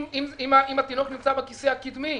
אם התינוק נמצא בכיסא הקדמי,